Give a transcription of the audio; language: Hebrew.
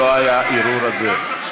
לא היה ערעור על זה.